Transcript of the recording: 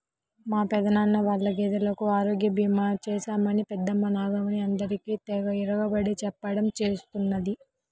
మా పెదనాన్న వాళ్ళ గేదెలకు ఆరోగ్య భీమా చేశామని పెద్దమ్మ నాగమణి అందరికీ తెగ ఇరగబడి చెప్పడం చేస్తున్నది